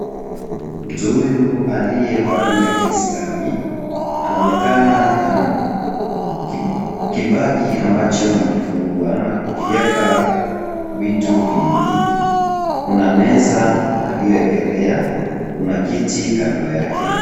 Mtu huyu, aliyevalia Kiislami. Anaonekana ana kibagi ambacho amekifungua na kukiweka vitu vingi. Kuna meza aliyewekelea. Kuna kiti kando yake.